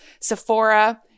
Sephora